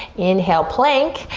inhale plank.